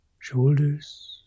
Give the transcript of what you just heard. shoulders